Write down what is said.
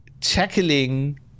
tackling